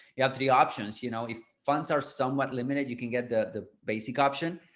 you have three options, you know, if funds are somewhat limited, you can get the basic option.